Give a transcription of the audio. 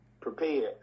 prepared